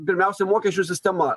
pirmiausia mokesčių sistema